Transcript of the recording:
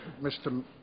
Mr